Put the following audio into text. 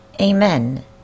Amen